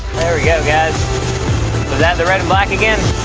there we go guys! was that the red and black again?